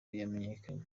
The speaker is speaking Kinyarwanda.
yamenyekanye